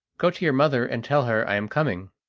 go to your mother and tell her i am coming.